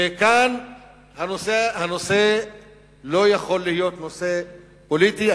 כאן הנושא לא יכול להיות נושא פוליטי,